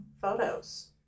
photos